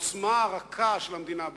העוצמה הרכה של המדינה,